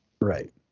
Right